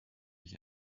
ich